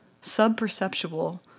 sub-perceptual